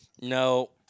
No